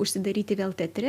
užsidaryti vėl teatre